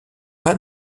pas